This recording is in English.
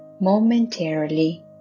momentarily